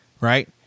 right